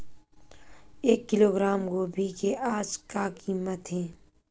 एक किलोग्राम गोभी के आज का कीमत हे?